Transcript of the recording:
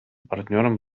партнером